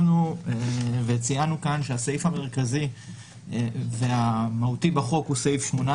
חשבנו וציינו כאן שהסעיף המרכזי והמהותי בחוק הוא 18,